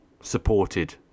supported